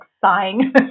sighing